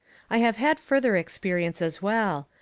i have had further experience as well.